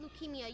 leukemia